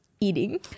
Eating